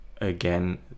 again